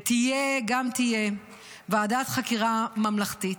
ותהיה גם תהיה ועדת חקירה ממלכתית.